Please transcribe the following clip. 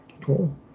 Cool